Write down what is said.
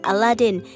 Aladdin